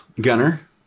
Gunner